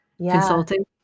consulting